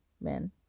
men